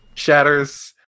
shatters